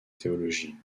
théologie